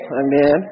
Amen